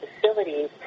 facilities